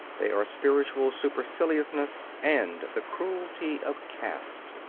they are spiritual superciliousness and the cruelty of caste.